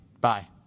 Bye